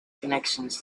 connections